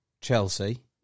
Chelsea